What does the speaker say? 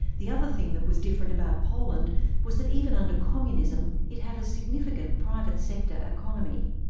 the other thing that was different about poland was that even under communism, it had a significant private sector economy.